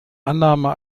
annahme